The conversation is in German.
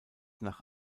nach